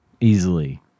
Easily